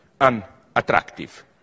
unattractive